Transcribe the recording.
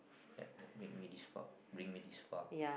that that make me this far bring me this far